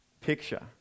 picture